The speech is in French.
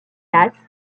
haas